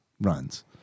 runs